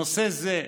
נושא זה,